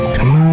Come